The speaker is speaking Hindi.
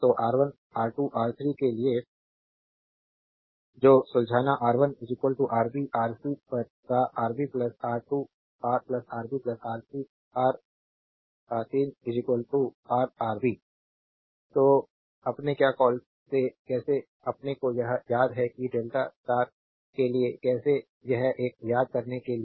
तो R1 R2 R3 के लिए ४२ ४३ और ४४ को सुलझाने R1 आरबी आर सी पर रा आरबी आर 2 रा आरबी आर सी और आर 3 रा आरबी तो अपने क्या कॉल से कैसे अपने को यह एक याद है कि डेल्टा स्टार के लिए कैसे यह एक याद करने के लिए